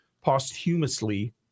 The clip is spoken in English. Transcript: posthumously